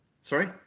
sorry